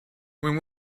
when